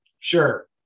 Sure